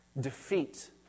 Defeat